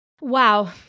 Wow